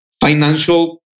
financial